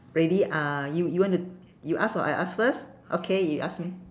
ready ah you you want to you ask or I ask first okay you ask me